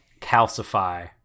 calcify